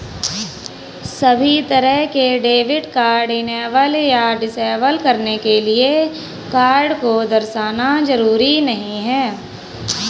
सभी तरह के डेबिट कार्ड इनेबल या डिसेबल करने के लिये कार्ड को दर्शाना जरूरी नहीं है